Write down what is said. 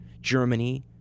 Germany